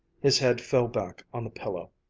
his head fell back on the pillow,